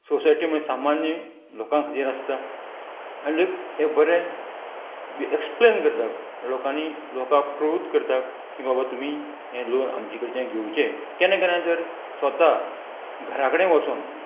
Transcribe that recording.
society म्हण सामान्य लोकां खातीर आसता आनी एक बरें एक्सप्लेन करता लोकांनी लोकांक प्रवृत करता की बाबा तुमी हें लॉन आमचे कडच्यान घेवचे केन्ना केन्ना जर स्वता घरा कडेन वसोन